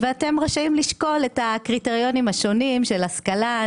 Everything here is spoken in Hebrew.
ואתם רשאים לשקול את הקריטריונים השונים של השכלה,